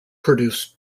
produce